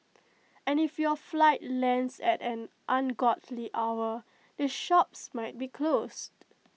and if your flight lands at an ungodly hour the shops might be closed